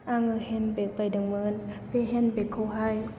आङो handbag बायदोंमोन बे हेन्द बेग खौहाय